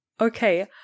Okay